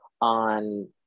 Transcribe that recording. on